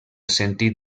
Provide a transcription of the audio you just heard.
sentit